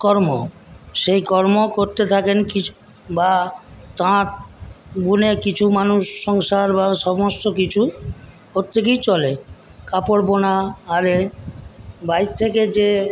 কর্ম সেই কর্ম করতে থাকেন কিছু বা তাঁত গুনে কিছু মানুষ সংসার বা সমস্তকিছু ওর থেকেই চলে কাপড়বোনা আর এ বাইর থেকে যে